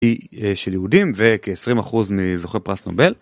היא של יהודים וכ-20% מזוכי פרס נובל.